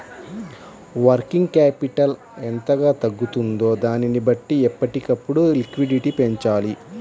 working capital ఎంతగా తగ్గుతుందో దానిని బట్టి ఎప్పటికప్పుడు లిక్విడిటీ పెంచాలి